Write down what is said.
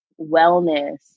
wellness